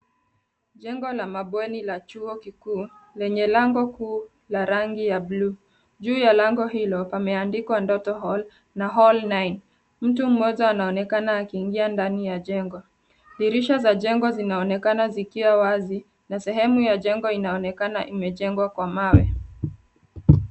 Jengo la mabweni la chuo kikuu lenye lango kuu la rangi ya bluu. Juu ya lango hilo pia pameandikwa ndoto Hall na Hall nine . Mtu mmoja anaonekana akiingia ndani ya jengo. Dirisha za jengo zinaonekana zikiwa wazi na sehemu ya jengo inaonekana imejengwa kwa mawe.